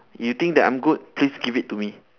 you think that I'm good please give it to me